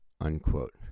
unquote